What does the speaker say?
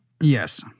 Yes